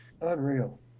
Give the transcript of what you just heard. Unreal